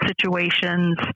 situations